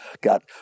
got